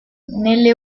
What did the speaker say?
nelle